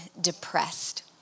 depressed